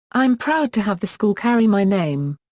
i'm proud to have the school carry my name.